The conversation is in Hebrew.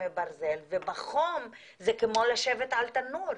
ובחום זה כמו לשבת על תנור,